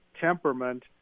temperament